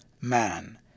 man